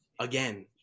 again